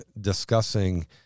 discussing